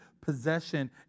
possession